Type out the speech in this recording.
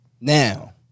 Now